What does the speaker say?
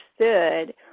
understood